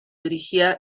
dirigía